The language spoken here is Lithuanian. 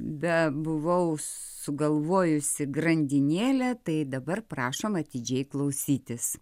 bebuvau sugalvojusi grandinėlę tai dabar prašom atidžiai klausytis